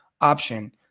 option